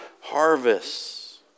harvests